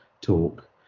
talk